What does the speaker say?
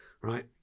right